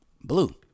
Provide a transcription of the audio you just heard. blue